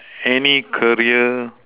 any career